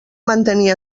mantenir